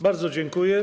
Bardzo dziękuję.